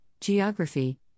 geography